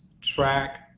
track